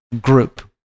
group